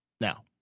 Now